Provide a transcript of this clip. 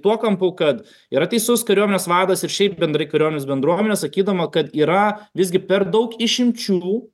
tuo kampu kad yra teisus kariuomenės vadas ir šiaip bendrai kariuomenės bendruomenė sakydama kad yra visgi per daug išimčių